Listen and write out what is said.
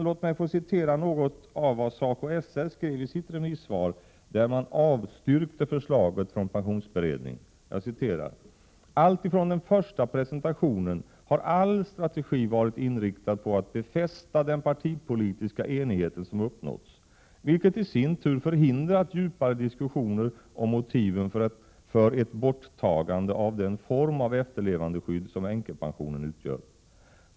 Låt mig få citera något av vad SACO/SR skrev i sitt remissvar, där man avstyrkte förslaget från pensionsberedningen: ”Alltifrån den första presentationen har all strategi varit inriktad på att befästa den partipolitiska enigheten som uppnåtts, vilket i sin tur förhindrat djupare diskussioner om motiven för ett borttagande av den form av efterlevandeskydd som änkepensionen utgör.